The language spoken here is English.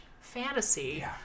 fantasy